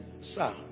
sir